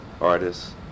artists